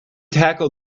tackled